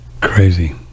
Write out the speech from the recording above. crazy